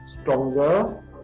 stronger